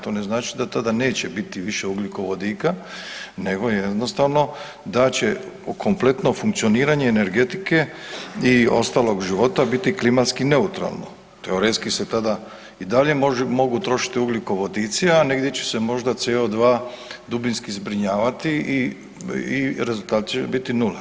To ne znači da tada neće biti više ugljikovodika nego jednostavno da će kompletno funkcioniranje energetike i ostalog života biti klimatski neutralno, teoretski se tada i dalje mogu trošiti ugljikovodici, a negdje će se možda CO2 dubinski zbrinjavati i rezultati će biti nula.